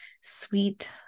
sweet